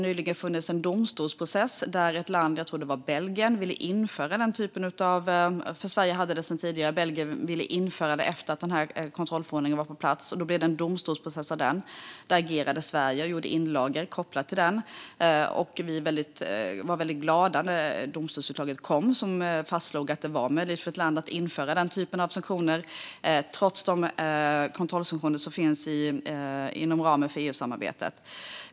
Nyligen var det en domstolsprocess där ett land - jag tror att det var Belgien - ville införa den typen av regler. Sverige hade det sedan tidigare, och Belgien ville alltså införa det efter att kontrollförordningen hade kommit på plats. Då blev det en domstolsprocess, där Sverige agerade och gjorde inlagor. Vi var väldigt glada när domstolens utslag kom, som fastslog att det var möjligt för ett land att införa den typen av sanktioner trots de kontrollsanktioner som finns inom ramen för EU-samarbetet.